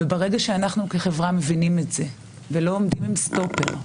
ברגע שאנחנו כחברה מבינים את זה ולא עומדים עם סטופר,